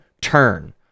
turn